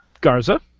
Garza